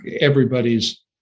everybody's